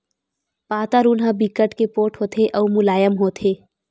पातर ऊन ह बिकट के पोठ होथे अउ मुलायम होथे